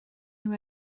nhw